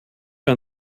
wir